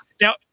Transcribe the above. Now